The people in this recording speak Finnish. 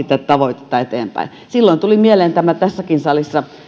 tätä tavoitetta vahvasti eteenpäin silloin tuli mieleen tässäkin salissa